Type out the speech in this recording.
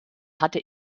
hatte